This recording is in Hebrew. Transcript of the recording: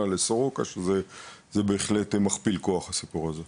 לסורוקה שזה בהחלט מכפיל כוח הסיפור הזה,